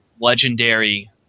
legendary